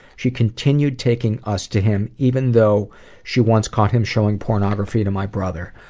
she continued taking us to him, even though she once caught him showing pornography to my brother.